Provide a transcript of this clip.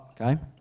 okay